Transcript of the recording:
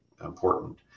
important